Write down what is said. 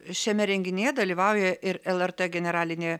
šiame renginyje dalyvauja ir lrt generalinė